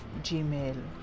Gmail